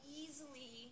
easily